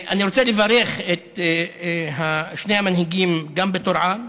אני רוצה לברך גם את שני המנהיגים בטורעאן,